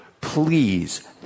please